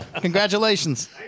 Congratulations